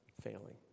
failing